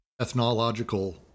ethnological